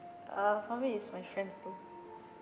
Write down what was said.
uh for me it's my friends though